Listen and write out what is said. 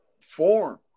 form